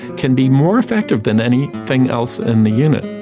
can be more effective than anything else in the unit.